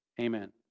Amen